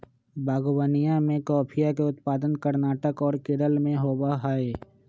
बागवनीया में कॉफीया के उत्पादन कर्नाटक और केरल में होबा हई